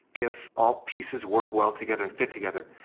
if all pieces work well together and fit together,